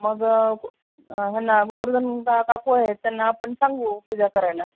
मग हो ना गोवर्धन का काकू आहेत त्यांना आपण सांगू पूजा करायला